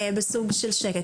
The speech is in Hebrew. בסוג של שקט.